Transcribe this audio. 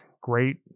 Great